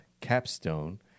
Capstone